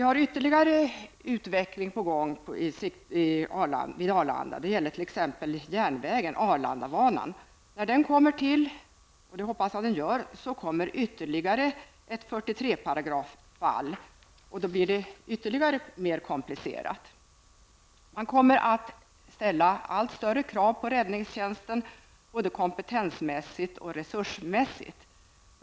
Också ytterligare utveckling är på gång vid När den kommer till stånd, vilket jag hoppas skall ske, får vi ytterligare ett paragraf 43-fall, och då blir läget ännu mer komplicerat. Man kommer att ställa allt större krav på räddningstjänsten, både kompetensmässigt och resursmässigt.